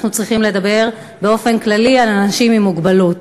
אנחנו צריכים לדבר באופן כללי על אנשים עם מוגבלות.